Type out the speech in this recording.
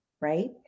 right